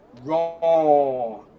Raw